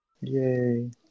Yay